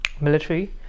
military